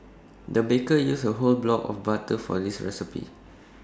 the baker used A whole block of butter for this recipe